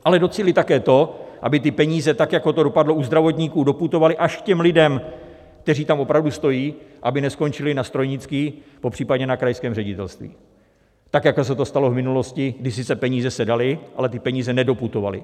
Ale docílit také to, aby ty peníze, tak jako to dopadlo u zdravotníků, doputovaly až k těm lidem, kteří tam opravdu stojí, aby neskončily na Strojnické, popřípadě na krajském ředitelství, tak jako se to stalo v minulosti, kdy sice peníze se daly, ale ty peníze nedoputovaly.